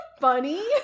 funny